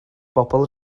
bobl